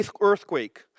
earthquake